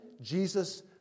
Jesus